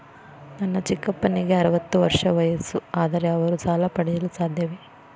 ನನ್ನ ಚಿಕ್ಕಪ್ಪನಿಗೆ ಅರವತ್ತು ವರ್ಷ ವಯಸ್ಸು, ಆದರೆ ಅವರು ಸಾಲ ಪಡೆಯಲು ಸಾಧ್ಯವೇ?